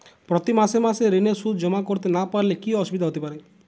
প্রতি মাসে মাসে ঋণের সুদ জমা করতে না পারলে কি অসুবিধা হতে পারে?